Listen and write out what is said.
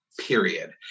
Period